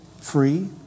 free